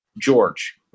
George